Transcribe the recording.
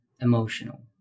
emotional